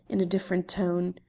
in a different tone.